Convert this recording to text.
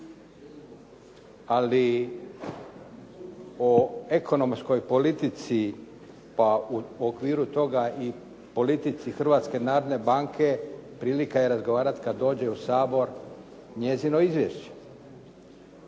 ali o ekonomskoj politici pa u okviru toga i politici Hrvatske narodne banke prilika je razgovarati kad dođe u Sabor njezino izvješće.